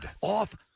off